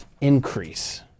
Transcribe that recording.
Increase